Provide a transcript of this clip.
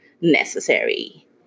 necessary